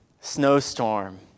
snowstorm